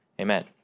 Amen